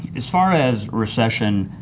as far as recession,